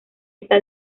está